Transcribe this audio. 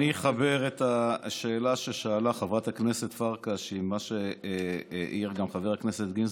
אני אחבר את השאלה ששאלה חברת הכנסת פרקש למה שהעיר חבר הכנסת גינזבורג.